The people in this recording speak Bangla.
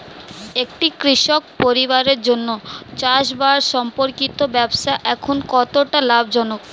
একটি কৃষক পরিবারের জন্য চাষবাষ সম্পর্কিত ব্যবসা এখন কতটা লাভজনক?